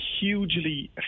hugely